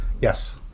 Yes